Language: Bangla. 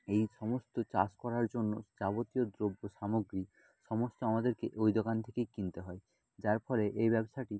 এই সমস্ত চাষ করার জন্য যাবতীয় দ্রব্য সামগ্রী সমস্ত আমাদেরকে ওই দোকান থেকেই কিনতে হয় যার ফলে এই ব্যবসাটি